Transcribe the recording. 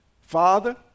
Father